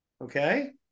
okay